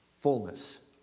fullness